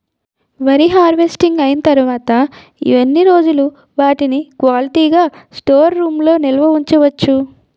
వరి హార్వెస్టింగ్ అయినా తరువత ఎన్ని రోజులు వాటిని క్వాలిటీ గ స్టోర్ రూమ్ లొ నిల్వ ఉంచ వచ్చు?